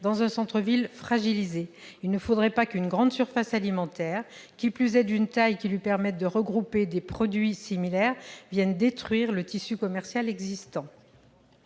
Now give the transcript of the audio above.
dans un centre-ville fragilisé. Il ne faudrait pas qu'une grande surface alimentaire, qui plus est d'une taille qui lui permette de regrouper des produits similaires, vienne détruire le tissu commercial existant.